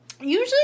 usually